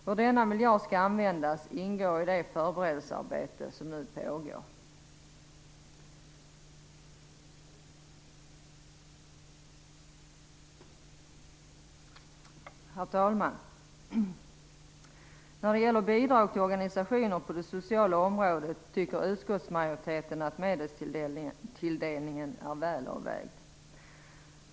Hur denna miljard skall användas ingår i det förberedelsearbete som nu pågår. Herr talman! När det gäller bidrag till organisationer på det sociala området tycker utskottsmajoriteten att medelstilldelningen är väl avvägd.